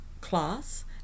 class